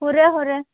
हरो हरो